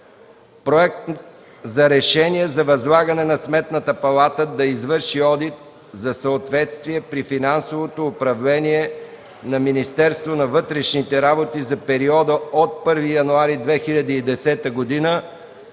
Проект за решение за възлагане на Сметната палата да извърши одит за съответствие при финансовото управление на Министерството на вътрешните работи за периода от 1 януари 2010 г.